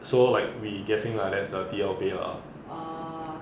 so like we guessing lah that's a T_L pay lah